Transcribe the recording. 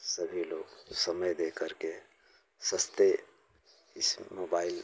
सभी लोग समय दे करके सस्ते इस मोबाइल